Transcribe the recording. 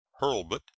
hurlbut